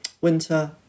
winter